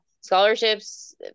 Scholarships